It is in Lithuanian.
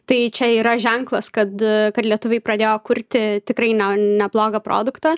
tai čia yra ženklas kad kad lietuviai pradėjo kurti tikrai neblogą produktą